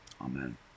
Amen